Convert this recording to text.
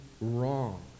wrong